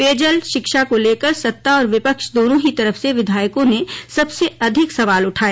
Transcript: पेयजल शिक्षा को लेकर सत्ता और विपक्ष दोनों ही तरफ से विधायकों ने सबसे अधिक सवाल उठाए